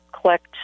collect